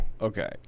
Okay